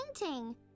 painting